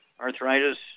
Arthritis